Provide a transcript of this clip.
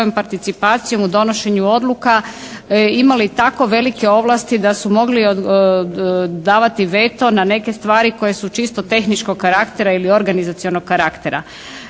svojom participacijom u donošenju odluka imali tako velike ovlasti da su mogli davati veto na neke stvari koje su čisto tehničkog karaktera ili organizacionog karaktera.